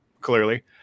clearly